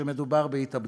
שמדובר בהתאבדות.